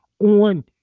on